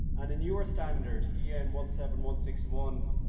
and newer standard, e n one seven one six one,